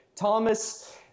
Thomas